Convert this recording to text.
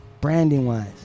Branding-wise